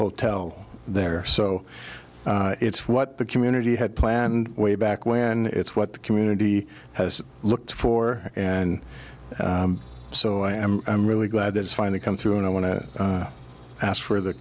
hotel there so it's what the community had planned way back when it's what the community has looked for and so i am i'm really glad that it's finally come through and i want to ask for the